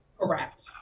Correct